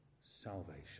salvation